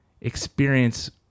experience